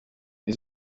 izi